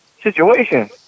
situation